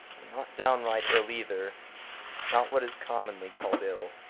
not downright ill, either not what is commonly called ill.